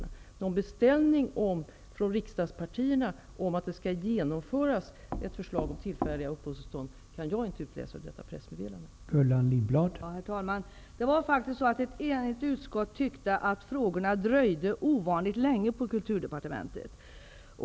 Någon beställning från riksdagspartierna av ett förslag om tillfälliga uppehållstillstånd kan jag inte utläsa ur socialförsäkringsutskottets pressmeddelande.